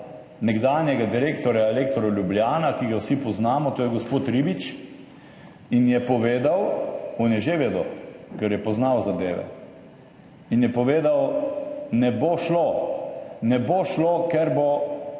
nekdanjega direktorja Elektra Ljubljana, ki ga vsi poznamo, to je gospod Ribič, in je povedal, on je že vedel, ker je poznal zadeve, in je povedal: »Ne bo šlo, ne bo šlo, ker bo